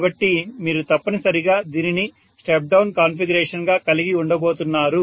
కాబట్టి మీరు తప్పనిసరిగా దీనిని స్టెప్ డౌన్ కాన్ఫిగరేషన్గా కలిగి ఉండబోతున్నారు